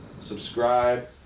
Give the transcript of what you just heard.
Subscribe